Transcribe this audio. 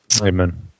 Amen